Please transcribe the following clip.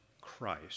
Christ